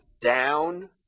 down